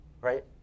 Right